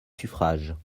suffrages